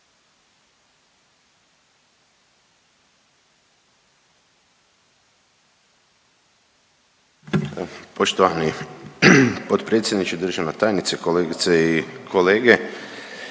Poštovani ministre, poštovana državna tajnice, kolegice i kolege,